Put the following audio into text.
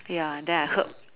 ya then I hurt